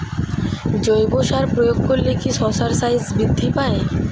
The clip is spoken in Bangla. জৈব সার প্রয়োগ করলে কি শশার সাইজ বৃদ্ধি পায়?